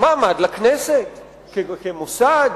אז מעמד לכנסת כמוסד.